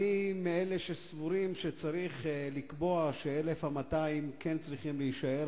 אני מאלה שסבורים שצריך לקבוע שה-1,200 כן צריכים להישאר,